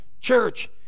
Church